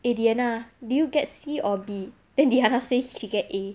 eh diyanah did you get C or B then indiana say she get A